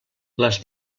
les